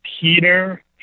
Peter